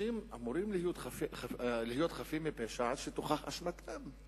אנשים אמורים להיות חפים מפשע עד שתוכח אשמתם,